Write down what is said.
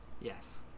Yes